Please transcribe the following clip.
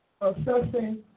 Assessing